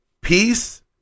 peace